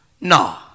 No